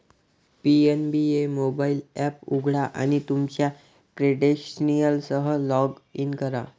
PNB एक mobile app उघडा आणि तुमच्या क्रेडेन्शियल्ससह लॉग इन करा